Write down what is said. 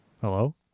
Hello